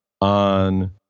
on